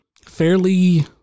fairly